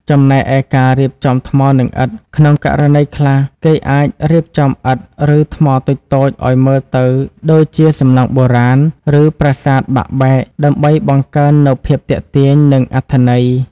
ចំណែកឯការរៀបចំថ្មនិងឥដ្ឋ ក្នុងករណីខ្លះ គេអាចរៀបចំឥដ្ឋ ឬថ្មតូចៗឱ្យមើលទៅដូចជាសំណង់បុរាណ ឬប្រាសាទបាក់បែក ដើម្បីបង្កើននូវភាពទាក់ទាញ និងអត្ថន័យ។